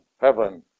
heaven